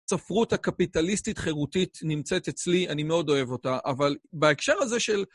ספרות הקפיטליסטית-חירותית נמצאת אצלי, אני מאוד אוהב אותה, אבל בהקשר הזה של...